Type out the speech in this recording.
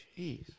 Jeez